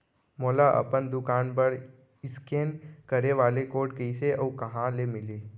मोला अपन दुकान बर इसकेन करे वाले कोड कइसे अऊ कहाँ ले मिलही?